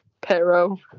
Pero